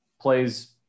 plays